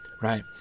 right